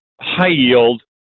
high-yield